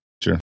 Sure